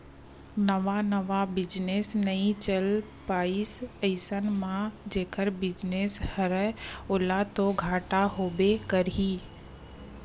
नवा नवा बिजनेस नइ चल पाइस अइसन म जेखर बिजनेस हरय ओला तो घाटा होबे करही